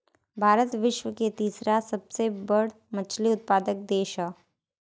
भारत विश्व के तीसरा सबसे बड़ मछली उत्पादक देश ह